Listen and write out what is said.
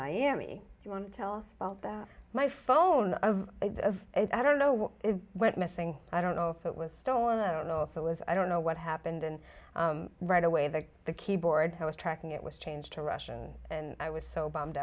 miami you want to tell us about that my phone i don't know what it went missing i don't know if it was stolen i don't know if it was i don't know what happened and right away that the keyboard he was tracking it was changed to russian and i was so bummed